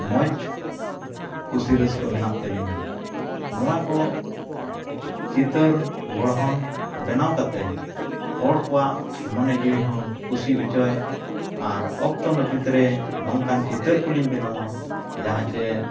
ᱢᱚᱡᱽ ᱠᱩᱥᱤ ᱨᱟᱹᱥᱠᱟᱹ ᱢᱮᱱᱟᱜ ᱛᱟᱹᱞᱤᱧᱟ ᱱᱚᱣᱟ ᱠᱚ ᱪᱤᱛᱟᱹᱨ ᱜᱚᱲᱦᱚᱱ ᱵᱮᱱᱟᱣ ᱠᱟᱛᱮᱫ ᱦᱚᱲ ᱠᱚᱣᱟᱜ ᱢᱚᱱᱮ ᱡᱤᱣᱤ ᱦᱚᱸ ᱠᱩᱥᱤ ᱦᱚᱪᱚᱭ ᱟᱨ ᱚᱠᱛᱚ ᱱᱟᱹᱯᱤᱛ ᱨᱮ ᱱᱚᱝᱠᱟᱱ ᱪᱤᱛᱟᱹᱨ ᱠᱚᱞᱤᱧ ᱵᱮᱱᱟᱣᱟ ᱡᱟᱦᱟᱸ ᱪᱮ